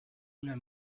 una